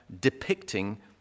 depicting